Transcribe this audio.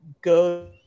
go